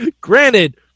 Granted